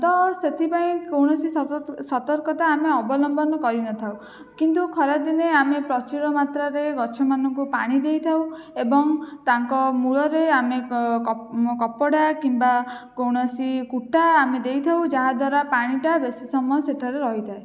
ତ ସେଥିପାଇଁ କୌଣସି ସତର୍କତା ଆମେ ଅବଲମ୍ବନ କରିନଥାଉ କିନ୍ତୁ ଖରାଦିନେ ଆମେ ପ୍ରଚୁର ମାତ୍ରାରେ ଗଛମାନଙ୍କୁ ପାଣି ଦେଇଥାଉ ଏବଂ ତାଙ୍କ ମୂଳରେ ଆମେ କପଡ଼ା କିମ୍ବା କୌଣସି କୁଟା ଆମେ ଦେଇଥାଉ ଯାହାଦ୍ୱାରା ପାଣିଟା ବେଶି ସମୟ ସେଠାରେ ରହିଥାଏ